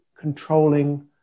controlling